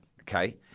Okay